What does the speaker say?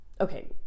Okay